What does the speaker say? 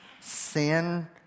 sin